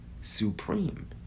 supreme